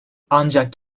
ancak